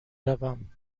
روم